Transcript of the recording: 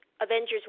Avengers